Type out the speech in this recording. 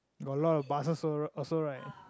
got a lot of buses all also right